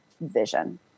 vision